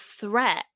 threat